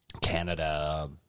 canada